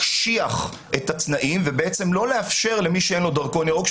להקשיח את התנאים ובעצם לא לאפשר למי שאין לו דרכון ירוק,